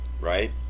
right